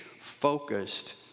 focused